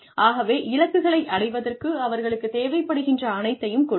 ஆகவே இலக்குகளை அடைவதற்கு அவர்களுக்கு தேவைப்படுகின்ற அனைத்தையும் கொடுங்கள்